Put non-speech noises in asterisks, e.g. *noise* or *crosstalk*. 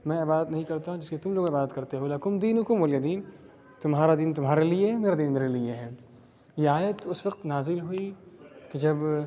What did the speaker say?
میں عبادت نہیں کرتا ہوں جس کی تم لوگ عبادت کرتے ہو *unintelligible* تمہارا دین تمہارے لیے ہے میرا دین میرے لیے ہے یہ آیت اس وقت نازل ہوئی کہ جب